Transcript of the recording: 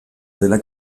dela